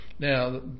Now